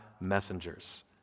messengers